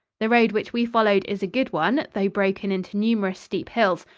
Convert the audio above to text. the road which we followed is a good one, though broken into numerous steep hills,